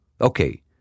Okay